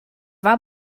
war